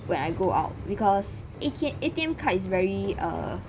when I go out because A_T A_T_M card is very err